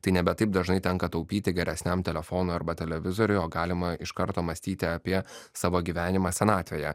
tai nebe taip dažnai tenka taupyti geresniam telefonui arba televizoriui o galima iš karto mąstyti apie savo gyvenimą senatvėje